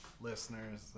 Listeners